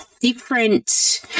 different